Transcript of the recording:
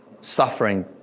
suffering